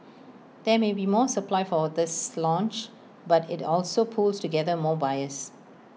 there may be more supply for this launch but IT also pools together more buyers